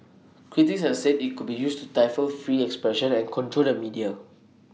critics have said IT could be used to stifle free expression and control the media